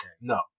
No